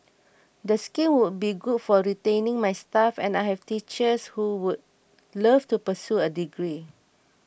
the scheme would be good for retaining my staff and I have teachers who would love to pursue a degree